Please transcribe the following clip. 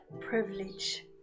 privilege